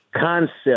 concept